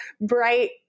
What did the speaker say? bright